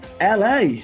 LA